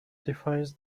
defines